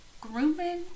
Grooming